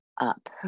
up